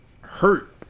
hurt